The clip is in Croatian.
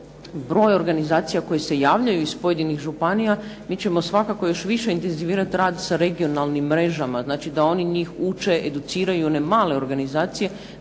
broj organizacija koje se javljaju iz pojedinih županija, mi ćemo svakako još više intenzivirati rad sa regionalnim mrežama, znači da oni njih uče, educiraju one male organizacije